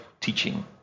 teaching